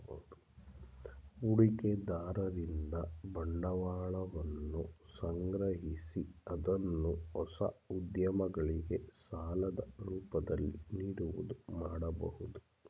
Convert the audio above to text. ಹೂಡಿಕೆದಾರರಿಂದ ಬಂಡವಾಳವನ್ನು ಸಂಗ್ರಹಿಸಿ ಅದನ್ನು ಹೊಸ ಉದ್ಯಮಗಳಿಗೆ ಸಾಲದ ರೂಪದಲ್ಲಿ ನೀಡುವುದು ಮಾಡಬಹುದು